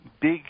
big